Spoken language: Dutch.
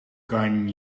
kan